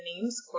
names